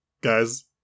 guys